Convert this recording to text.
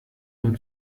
nur